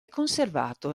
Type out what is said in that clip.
conservato